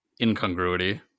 incongruity